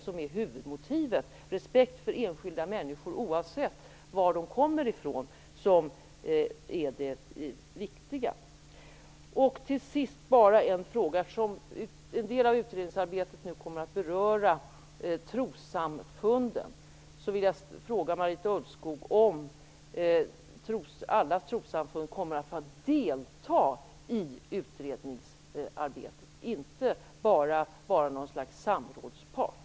Det viktiga är respekten för de enskilda människorna varifrån de än kommer Till sist vill jag ställa en fråga. En del av utredningsarbetet kommer att beröra trossamfunden. Kommer alla trossamfund att få delta i utredningsarbetet, och inte bara vara något slags samrådspart?